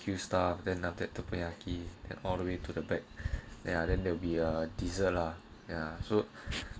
few stuff then after that teppanyaki at all the way to the back then ya then there will be a dessert lah ya so